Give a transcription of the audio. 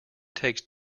takes